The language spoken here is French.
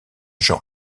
jean